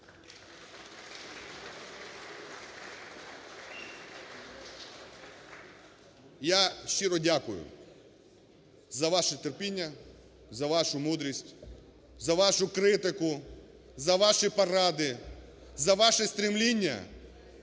Я щиро дякую за ваше терпіння, за вашу мудрість, за вашу критику, за ваші поради, за ваше стремління